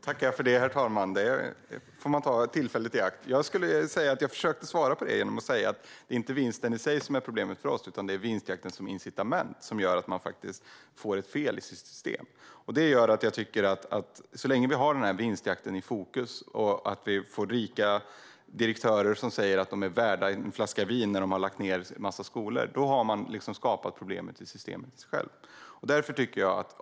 Herr talman! Jag tackar för det, och jag tar tillfället i akt. Jag försökte svara på frågan genom att säga att det inte är vinsten i sig som är problemet för oss, utan det är vinstjakten som incitament som gör att man får ett fel i systemet. Så länge som vinstjakten är i fokus och så länge rika direktörer säger att de är värda en flaska vin när de har lagt ned en massa skolor, då har man skapat problem i systemet.